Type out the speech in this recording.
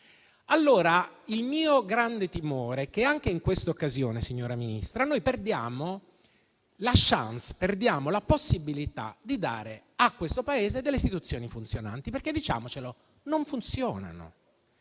Il mio grande timore è che anche in questa occasione, signora Ministra, noi perdiamo la *chance* di dare a questo Paese delle istituzioni funzionanti, perché - diciamocelo - allo stato